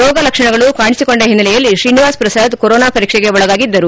ರೋಗ ಲಕ್ಷಣಗಳು ಕಾಣಿಸಿಕೊಂಡ ಹಿನ್ನೆಲೆಯಲ್ಲಿ ಶ್ರೀನಿವಾಸ್ ಪ್ರಸಾದ್ ಕೊರೋನಾ ಪರೀಕ್ಷೆಗೆ ಒಳಗಾಗಿದ್ದರು